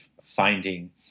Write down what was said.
finding